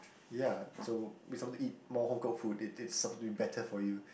ya so we supposed to eat more home cooked food it it's supposed to be better for you